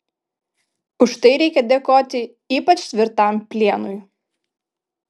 už tai reikia dėkoti ypač tvirtam plienui